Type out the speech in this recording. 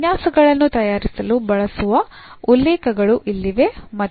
ಉಪನ್ಯಾಸಗಳನ್ನು ತಯಾರಿಸಲು ಬಳಸುವ ಉಲ್ಲೇಖಗಳು ಇಲ್ಲಿವೆ ಮತ್ತು